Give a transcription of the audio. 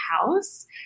house